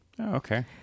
okay